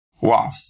Wow